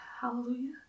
Hallelujah